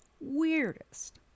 weirdest